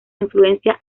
influencia